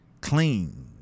clean